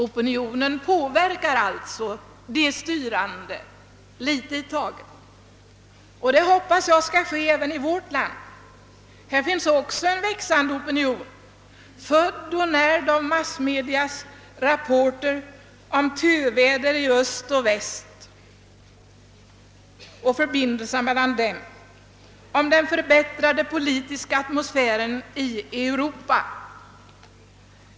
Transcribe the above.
Opinionen påverkar alltså de styrande litet i taget, och det hoppas jag skall ske även i vårt land. Här finns också en växande opinion, född och närd av massmedias rapporter om töväder i Öst-västförbindelserna och om den förbättrade politiska atmosfären i Europa.